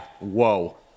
whoa